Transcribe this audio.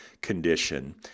condition